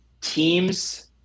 teams